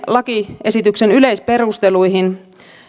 lakiesityksen yleisperusteluihin